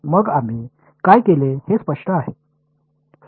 मग आम्ही काय केले हे स्पष्ट आहे